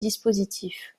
dispositif